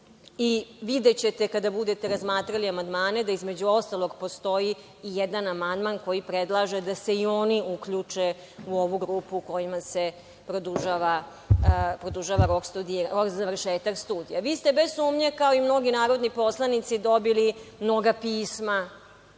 I videćete kada budete razmatrali amandmane da između ostalog postoji i jedan amandman koji predlaže da se i oni uključe u ovu grupu kojima se produžava rok završetka studija. Vi ste bez sumnje, kao i mnogi narodni poslanici, dobili mnoga pisma